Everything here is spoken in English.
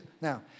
now